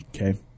Okay